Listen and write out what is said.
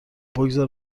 بگذار